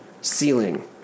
ceiling